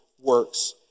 works